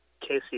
Casey